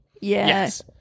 Yes